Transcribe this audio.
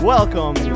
Welcome